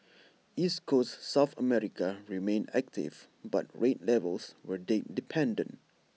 East Coast south America remained active but rate levels were date dependent